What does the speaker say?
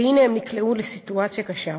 והנה, הם נקלעו לסיטואציה קשה.